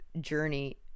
journey